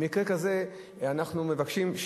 במקרה כזה אנחנו מבקשים,